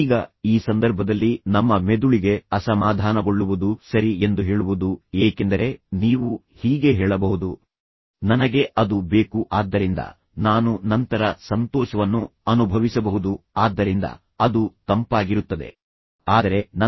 ಈಗ ಈ ಸಂದರ್ಭದಲ್ಲಿ ನಮ್ಮ ಮೆದುಳಿಗೆ ಅಸಮಾಧಾನಗೊಳ್ಳುವುದು ಸರಿ ಎಂದು ಹೇಳುವುದು ಏಕೆಂದರೆ ನೀವು ಹೀಗೆ ಹೇಳಬಹುದು ನನಗೆ ಅದು ಬೇಕು ಆದ್ದರಿಂದ ನಾನು ನಂತರ ಸಂತೋಷವನ್ನು ಅನುಭವಿಸಬಹುದು ಆದ್ದರಿಂದ ಅದು ತಂಪಾಗಿರುತ್ತದೆ ನಾನು ಅಸಮಾಧಾನಗೊಂಡಿದ್ದೇನೆ ನಾನು ಖಿನ್ನತೆಗೆ ಒಳಗಾಗಿದ್ದೇನೆ